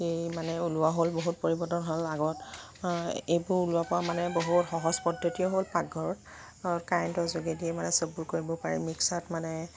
এ মানে ওলোৱা হ'ল বহুত পৰিৱৰ্তন হ'ল আগত আ এইবোৰ ওলোৱাৰ পৰা মানে বহুত সহজ পদ্ধতি হ'ল পাকঘৰত কাৰেন্টৰ যোগেদিয়েই মানে সববোৰ কৰিব পাৰে মিক্সাৰত মানে